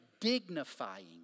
dignifying